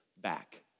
back